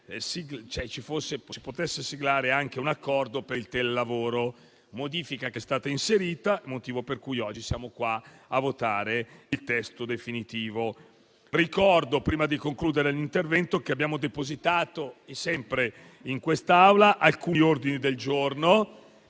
potesse siglare un accordo per il telelavoro; modifica che è stata inserita, motivo per cui oggi siamo qua a votare il testo definitivo. Ricordo inoltre, prima di concludere l'intervento, che abbiamo depositato sempre in quest'Aula alcuni ordini del giorno,